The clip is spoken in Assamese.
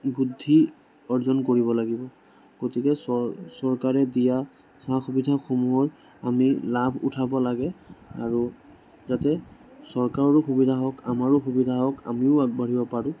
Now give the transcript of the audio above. বুদ্ধি অৰ্জন কৰিব লাগিব গতিকে চৰকাৰে দিয়া সা সুবিধাসমূহৰ আমি লাভ উঠাব লাগে আৰু যাতে চৰকাৰৰো সুবিধা হওক আমাৰো সুবিধা হওক আমিও আগবাঢ়িব পাৰোঁ